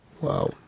Wow